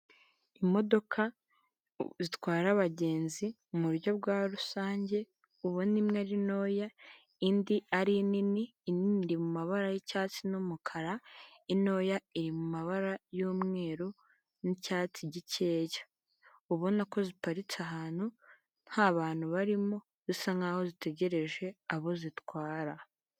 Imodoka zitwara abagenzi mu buryo bwa rusange ubona imwe ari ntoya indi ari nini; inini iri mu mabara y'icyatsi n'umukara, intoya iri mu mabara y'umweru n'icyatsi gikeya; ubona ko ziparitse ahantu ntabantu barimo bisa nkaho zitegereje abo zitwara.